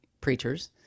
preachers